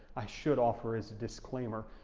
i should offer as a disclaimer,